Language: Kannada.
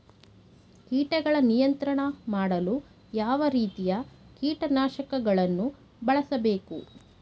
ಕೀಟಗಳ ನಿಯಂತ್ರಣ ಮಾಡಲು ಯಾವ ರೀತಿಯ ಕೀಟನಾಶಕಗಳನ್ನು ಬಳಸಬೇಕು?